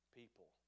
people